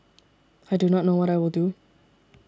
I do not know what I will do